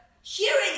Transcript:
hearing